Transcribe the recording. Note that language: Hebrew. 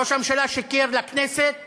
ראש הממשלה שיקר לכנסת